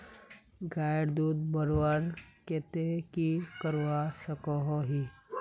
गायेर दूध बढ़वार केते की करवा सकोहो ही?